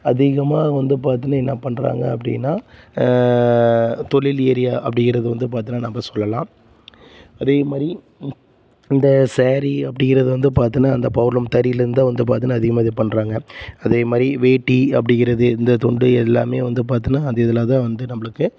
அதிகமாக வந்து பார்த்தீன்னா என்ன பண்ணுறாங்க அப்படின்னா தொழில் ஏரியா அப்படிங்கிறது வந்து பார்த்தீன்னா நம்ம சொல்லலாம் அதே மாதிரி இந்த ஸேரி அப்படிங்கிறது வந்து பார்த்தீன்னா அந்த பவர் லூம் தறியிலேருந்து தான் வந்து பார்த்தீன்னா அதிகமாக இது பண்ணுறாங்க அதே மாதிரி வேட்டி அப்படிங்கிறது இந்த துண்டு எல்லாமே வந்து பார்த்தீன்னா அந்த இதில் தான் வந்து நம்மளுக்கு